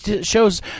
shows